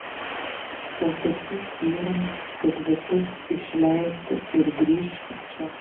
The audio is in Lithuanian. pasakyk vyrams kad visus išleistų ir grįžk čia